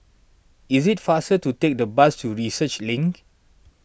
is it faster to take the bus to Research Link